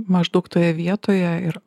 maždaug toje vietoje ir